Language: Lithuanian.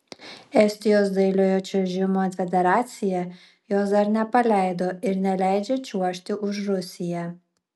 estijos dailiojo čiuožimo federacija jos dar nepaleido ir neleidžia čiuožti už rusiją